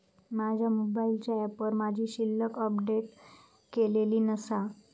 माझ्या मोबाईलच्या ऍपवर माझी शिल्लक अपडेट केलेली नसा